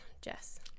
Jess